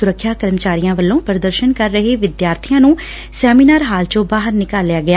ਸੁਰੱਖਿਆ ਕਰਮਚਾਰੀਆਂ ਵੱਲੋਂ ਪ੍ਰਦਰਸ਼ਨ ਕਰ ਰਹੇ ਵਿਦਿਆਰਬੀਆਂ ਨੁ ਸੈਮੀਨਾਰ ਹਾਲ ਚੋਂ ਬਾਹਰ ਭੇਜਿਆ ਗਿਆ